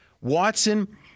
Watson